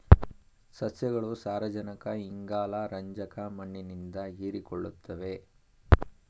ಸಸ್ಯಗಳು ಸಾರಜನಕ ಇಂಗಾಲ ರಂಜಕ ಮಣ್ಣಿನಿಂದ ಹೀರಿಕೊಳ್ಳುತ್ತವೆ